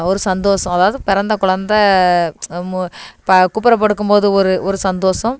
ஒரு சந்தோசம் அதாவது பிறந்த குழந்த ம்மு ப குப்புற படுக்கும் போது ஒரு ஒரு சந்தோசம்